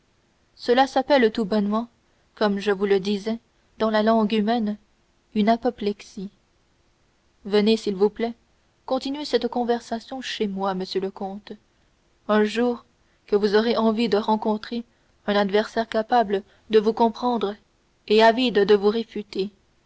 cela s'appelle tout bonnement comme je vous le disais dans la langue humaine une apoplexie venez s'il vous plaît continuer cette conversation chez moi monsieur le comte un jour que vous aurez envie de rencontrer un adversaire capable de vous comprendre et avide de vous réfuter